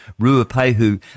Ruapehu